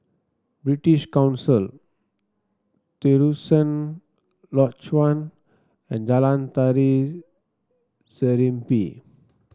British Council Terusan Lodge One and Jalan Tari Serimpi